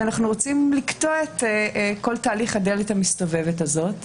שאנחנו רוצים לקטוע את כל תהליך הדלת המסתובבת הזאת לגביו.